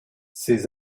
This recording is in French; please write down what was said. ses